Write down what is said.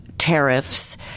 tariffs